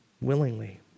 Willingly